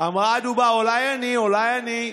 אמרה הדובה: אולי אני, אולי אני?